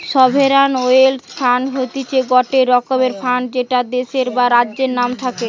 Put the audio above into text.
sovereign wealth fund হতিছে গটে রকমের ফান্ড যেটা দেশের বা রাজ্যের নাম থাকে